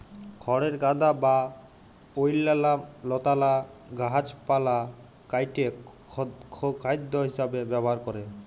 খড়ের গাদা বা অইল্যাল্য লতালা গাহাচপালহা কাইটে গখাইদ্য হিঁসাবে ব্যাভার ক্যরে